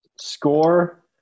score